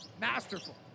masterful